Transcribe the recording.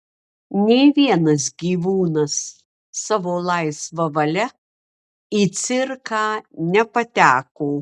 nė vienas gyvūnas savo laisva valia į cirką nepateko